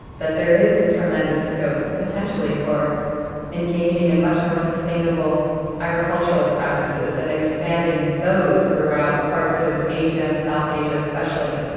that there is tremendous scope, potentially, for engaging in much more sustainable agricultural practices and expanded those throughout parts of asia and south asia, especially,